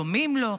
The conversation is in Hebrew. דומים לו,